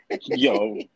Yo